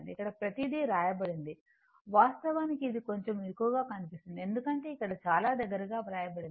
ఇక్కడ ప్రతీది వ్రాయబడింది వాస్తవానికి ఇది కొంచెం ఇరుకుగా కనిపిస్తుంది ఎందుకంటే ఇక్కడ చాలా దగ్గరగా వ్రాయబడింది